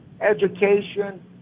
education